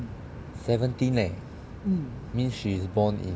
seventeen eh means she born in